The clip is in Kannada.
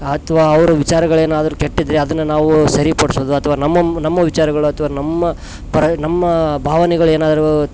ಅಥ್ವಾ ಅವರ ವಿಚಾರಗಳೇನಾದರು ಕೆಟ್ಟಿದ್ದರೆ ಅದನ್ನ ನಾವು ಸರಿ ಪಡಿಸೋದು ಅಥವ ನಮ್ಮ ನಮ್ಮ ವಿಚಾರಗಳು ಅಥ್ವಾ ನಮ್ಮ ಪರ ನಮ್ಮ ಭಾವನೆಗಳು ಏನಾದರು